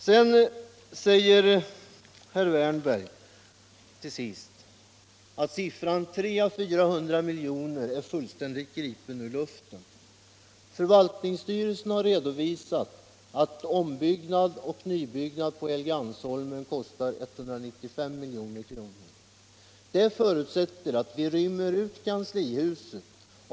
Herr Wärnberg säger till sist att siffran 300-400 milj.kr. är fullständigt gripen ur luften. Förvaltningsstyrelsen har visserligen redovisat att ombyggnad och nybyggnad på Helgeandsholmen kostar 195 milj.kr., men detta förutsätter att vi rymmer ut kanslihuset.